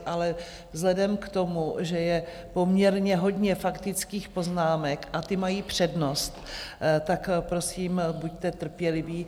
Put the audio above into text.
Ale vzhledem k tomu, že je poměrně hodně faktických poznámek a ty mají přednost, tak prosím buďte trpěliví.